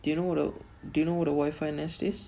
do you know what the do you know what the Wi-Fi nest is